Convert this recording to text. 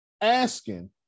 asking